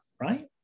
right